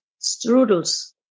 Strudels